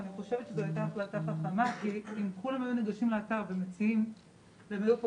ואני חושבת שזו הייתה החלטה חכמה כי אם כולם היו ניגשים לאתר ומציעים